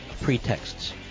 pretexts